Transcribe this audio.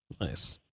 Nice